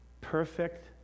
Perfect